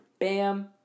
bam